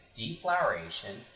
defloweration